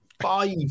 five